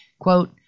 Quote